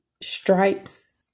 stripes